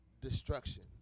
destruction